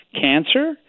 cancer